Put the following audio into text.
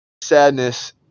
sadness